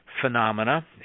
phenomena